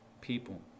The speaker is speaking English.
people